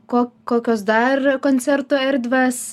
ko kokios dar koncertų erdvės